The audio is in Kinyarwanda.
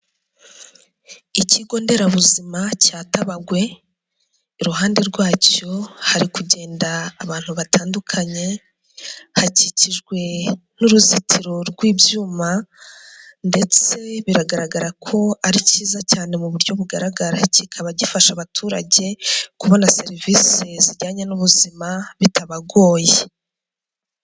Ikigo nderabuzima cya Tabagwe, iruhande rwacyo hari kugenda abantu batandukanye, hakikijwe n'uruzitiro rw'ibyuma ndetse bigaragara ko ari cyiza cyane mu buryo bugaragara, kikaba gifasha abaturage kubona serivisi zijyanye n'ubuzima bitabagoye.